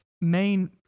main